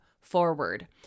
forward